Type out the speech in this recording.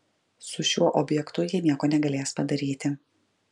su šiuo objektu jie nieko negalės padaryti